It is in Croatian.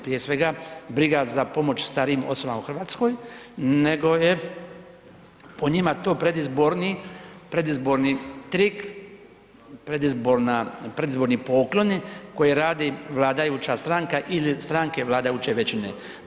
Prije svega briga za pomoć starijim osobama u Hrvatskoj, nego je po njima to predizborni, predizborni trik, predizborni pokloni koji radi vladajuća stranka ili strane vladajuće većine.